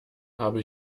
habe